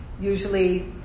usually